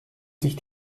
sich